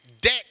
debt